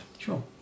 Sure